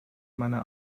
meine